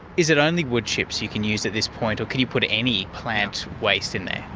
is it only woodchips you can use at this point, or can you put any plant waste in there?